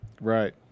Right